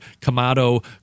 Kamado